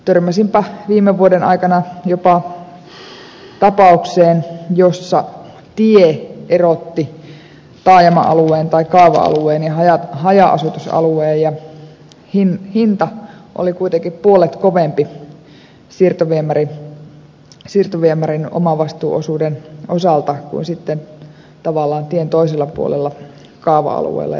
törmäsinpä viime vuoden aikana jopa tapaukseen jossa tie erotti taajama alueen tai kaava alueen ja haja asutusalueen ja hinta oli kuitenkin puolet kovempi siirtoviemärin omavastuuosuuden osalta kuin sitten tavallaan tien toisella puolella kaava alueella